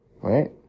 right